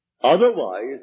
Otherwise